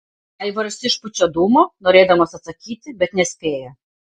aivaras išpučia dūmą norėdamas atsakyti bet nespėja